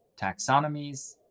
taxonomies